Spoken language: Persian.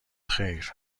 خیر